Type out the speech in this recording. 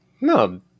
no